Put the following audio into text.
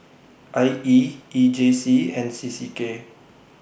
I E E J C and C C K